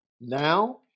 now